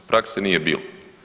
Prakse nije bilo.